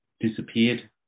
disappeared